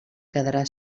quedarà